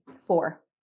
Four